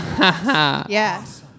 Yes